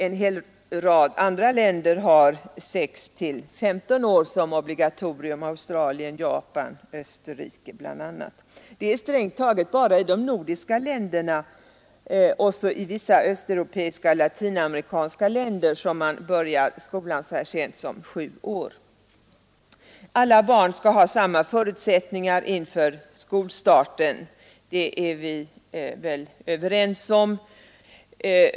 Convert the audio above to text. En hel rad andra länder har obligatorisk skolgång från 6 till 15 års ålder, Australien, Japan, Österrike m.fl. Det är strängt taget bara i de nordiska länderna, i vissa östeuropeiska och latinamerikanska länder som man börjar skolan så sent som vid 7 års ålder. Att alla barn skall ha samma förutsättningar inför skolstarten är vi väl överens om.